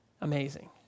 amazing